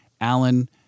Alan